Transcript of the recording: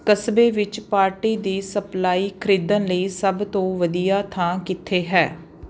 ਕਸਬੇ ਵਿੱਚ ਪਾਰਟੀ ਦੀ ਸਪਲਾਈ ਖਰੀਦਣ ਲਈ ਸਭ ਤੋਂ ਵਧੀਆ ਥਾਂ ਕਿੱਥੇ ਹੈ